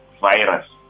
virus